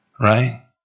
right